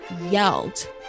yelled